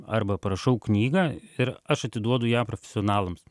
arba parašau knygą ir aš atiduodu ją profesionalams